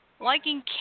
liking